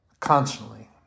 Constantly